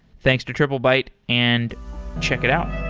thanks to triplebyte, and check it out.